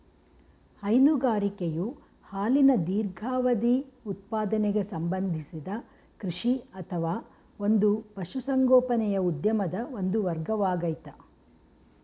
ಹೈನುಗಾರಿಕೆಯು ಹಾಲಿನ ದೀರ್ಘಾವಧಿ ಉತ್ಪಾದನೆಗೆ ಸಂಬಂಧಿಸಿದ ಕೃಷಿ ಅಥವಾ ಒಂದು ಪಶುಸಂಗೋಪನೆಯ ಉದ್ಯಮದ ಒಂದು ವರ್ಗವಾಗಯ್ತೆ